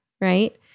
right